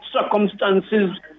circumstances